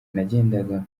nagendaga